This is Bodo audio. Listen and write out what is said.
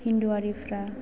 हिन्दुआरिफोरा